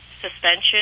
suspension